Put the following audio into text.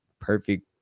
perfect